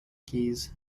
keys